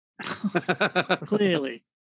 Clearly